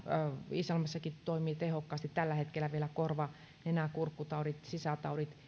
iisalmessakin toimivat tehokkaasti tällä hetkellä vielä korva nenä kurkkutaudit sisätaudit